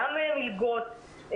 גם מלגות,